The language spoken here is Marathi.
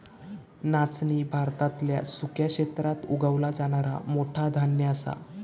नाचणी भारतातल्या सुक्या क्षेत्रात उगवला जाणारा मोठा धान्य असा